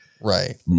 right